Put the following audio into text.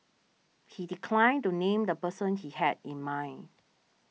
he declined to name the person he had in mind